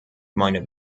minded